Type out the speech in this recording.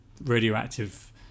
Radioactive